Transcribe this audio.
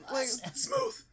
smooth